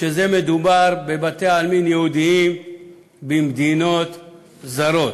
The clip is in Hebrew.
כשמדובר בבתי-עלמין יהודיים במדינות זרות.